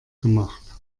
gemacht